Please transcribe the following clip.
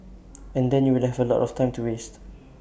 and then you will have A lot of time to waste